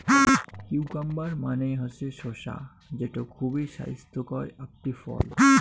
cucumber মানে হসে শসা যেটো খুবই ছাইস্থকর আকটি ফল